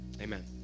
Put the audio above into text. Amen